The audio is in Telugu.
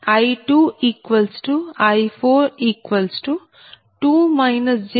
u మరియు I2I42 j0